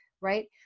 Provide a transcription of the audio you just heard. Right